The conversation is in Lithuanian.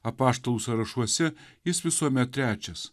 apaštalų sąrašuose jis visuomet trečias